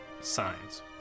signs